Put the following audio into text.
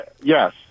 Yes